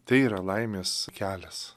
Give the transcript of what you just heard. tai yra laimės kelias